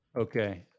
Okay